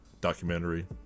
documentary